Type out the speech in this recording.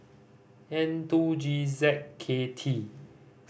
N two G Z K T